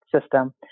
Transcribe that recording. system